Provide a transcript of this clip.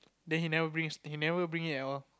then he never bring he never bring it at all